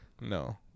No